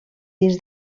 dins